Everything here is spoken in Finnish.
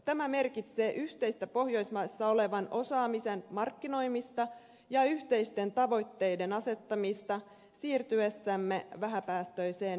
tämä merkitsee yhteistä pohjoismaissa olevan osaamisen markkinoimista ja yhteisten tavoitteiden asettamista siirtyessämme vähäpäästöiseen yhteiskuntaan